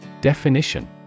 Definition